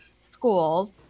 schools